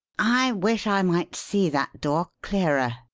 i wish i might see that door clearer,